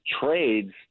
trades